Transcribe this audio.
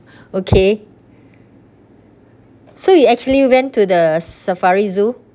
okay so you actually went to the safari zoo